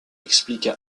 explique